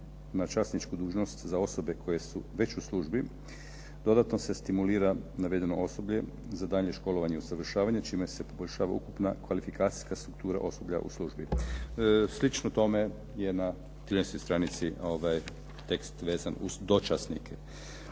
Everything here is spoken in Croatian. na časničku dužnost za osobe koje su već u službi dodatno se stimulira navedeno osoblje za daljnje školovanje i usavršavanje čime se poboljšava ukupna kvalifikacijska struktura osoblja u službi. Slično tome je na 13. stranici tekst vezan uz dočasnike.